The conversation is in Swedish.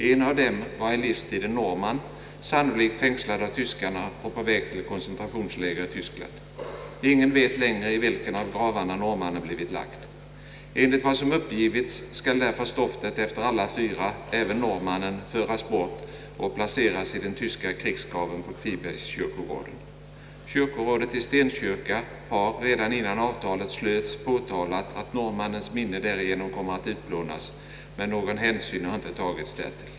En av dem var i livstiden norrman, sannolikt fängslad av tyskarna och på väg till koncentrationsläger i Tyskland. Ingen vet längre i vilken av gravarna norrmannen blivit lagd. Enligt vad som uppgivits skall därför stoftet efter alla fyra, även norrmannen, föras bort och placeras i den tyska krigsgraven på Kvibergskyrkogården. Kyrkorådet i Stenkyrka har, redan innan avtalet slöts, påtalat att norrmannens minne därigenom kommer att utplånas, men någon hänsyn har inte tagits därtill.